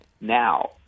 now